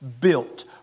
built